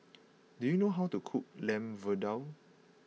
do you know how to cook Lamb Vindaloo